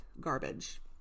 garbage